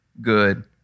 good